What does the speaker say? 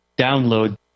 download